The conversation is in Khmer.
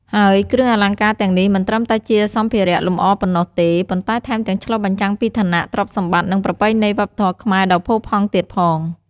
ហើយគ្រឿងអលង្ការទាំងនេះមិនត្រឹមតែជាសម្ភារៈលម្អប៉ុណ្ណោះទេ ប៉ុន្តែថែមទាំងឆ្លុះបញ្ចាំងពីឋានៈ ទ្រព្យសម្បត្តិ និងប្រពៃណីវប្បធម៌ខ្មែរដ៏ផូរផង់ទៀតផង។